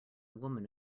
woman